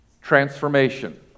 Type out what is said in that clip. transformation